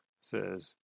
says